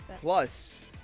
Plus